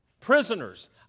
prisoners